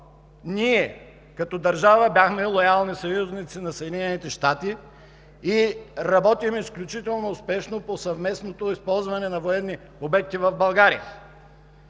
ние като държава бяхме лоялни съюзници на Съединените щати и работим изключително успешно по съвместното използване на военни обекти в България?